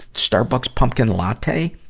starbucks pumpkin latte?